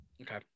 Okay